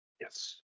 Yes